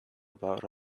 about